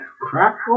crackle